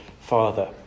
father